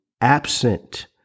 absent